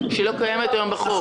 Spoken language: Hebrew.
שלא קיימת היום בחוק.